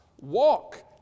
walk